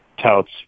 touts